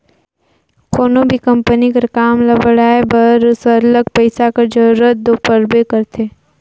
कोनो भी कंपनी कर काम ल बढ़ाए बर सरलग पइसा कर जरूरत दो परबे करथे